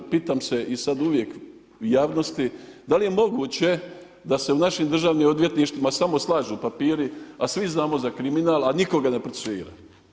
Pitam se i sada uvijek javnosti, da li je moguće da se u našim državnim odvjetništvima samo slažu papiri, a svi znamo za kriminal a nitko ga ne procesuira?